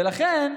ולכן,